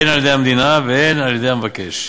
הן על-ידי המדינה והן על-ידי המבקש,